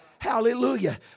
Hallelujah